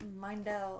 Mindell